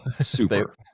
Super